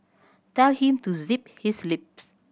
tell him to zip his lips